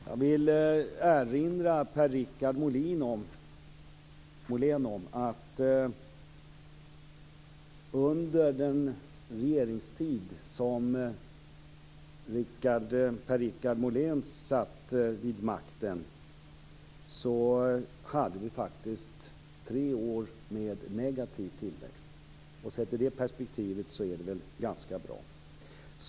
Jag vill erinra Per-Richard Molén om att vi under den regeringstid då Per-Richard Moléns parti satt vid makten hade tre år med negativ tillväxt. I det perspektivet är det väl ganska bra.